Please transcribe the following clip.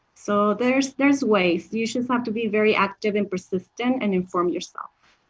so there's there's ways. you just have to be very active and persistent and inform yourself?